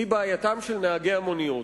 היא בעייתם של נהגי המוניות,